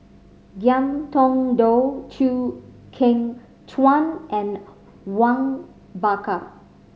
Ngiam Tong Dow Chew Kheng Chuan and Awang Bakar